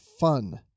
fun